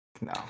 No